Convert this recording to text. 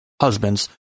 husbands